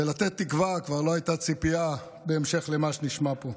ולתת תקווה כבר לא הייתה ציפייה בהמשך למה שנשמע פה.